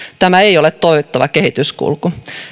tämä ei ole toivottava kehityskulku